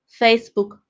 Facebook